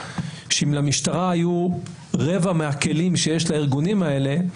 שאם למשטרה היו רבע מהכלים שיש לארגונים האלה,